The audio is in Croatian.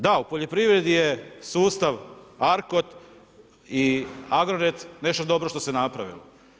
Da, u poljoprivredi je sustav arkod i agrored nešto dobro što se napravilo.